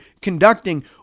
conducting